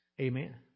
Amen